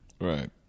right